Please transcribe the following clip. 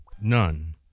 none